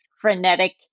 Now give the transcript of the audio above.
frenetic